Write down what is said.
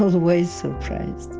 always surprised.